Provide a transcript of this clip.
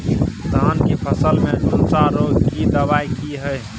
धान की फसल में झुलसा रोग की दबाय की हय?